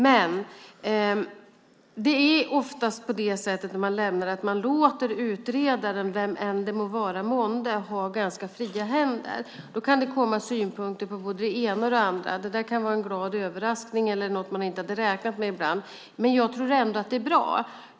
Men det är oftast på det sättet att man låter utredaren, vem det än vara månde, ha ganska fria händer. Då kan det komma synpunkter på både det ena och det andra. Det kan vara en glad överraskning eller ibland något som man inte hade räknat med, men jag tror ändå att det är bra.